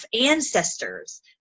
ancestors